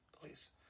Please